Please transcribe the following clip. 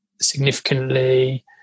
significantly